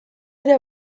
ere